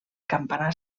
campanar